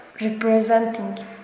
Representing